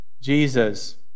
Jesus